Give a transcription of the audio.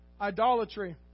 idolatry